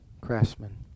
craftsman